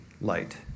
light